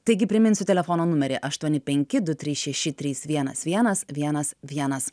taigi priminsiu telefono numerį aštuoni penki du trys šeši trys vienas vienas vienas vienas